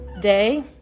day